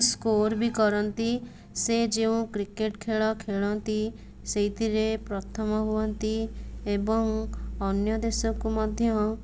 score ବି କରନ୍ତି ସେ ଯେଉଁ କ୍ରିକେଟ୍ ଖେଳ ଖେଳନ୍ତି ସେଇଥିରେ ପ୍ରଥମ ହୁଅନ୍ତି ଏବଂ ଅନ୍ୟ ଦେଶକୁ ମଧ୍ୟ